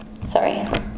sorry